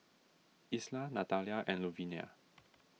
Isla Natalia and Luvinia